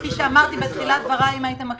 כפי שאמרתי בתחילת דבריי, אם הייתם מקשיבים,